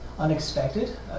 Unexpected